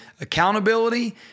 Accountability